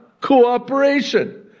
cooperation